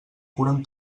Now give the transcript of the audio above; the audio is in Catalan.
curen